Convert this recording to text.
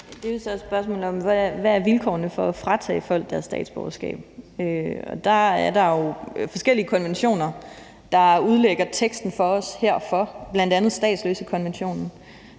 hvad vilkårene er for at fratage folk deres statsborgerskab. Og der er der jo forskellige konventioner, der udlægger teksten for os herfor, bl.a. statsløsekonventionen.